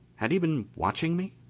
had he been watching me?